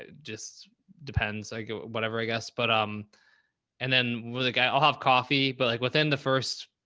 ah just depends like whatever i guess. but, um and then was the guy i'll have coffee, but like within the first.